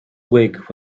wig